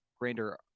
grander